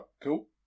cool